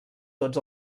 tots